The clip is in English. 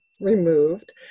removed